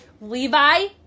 Levi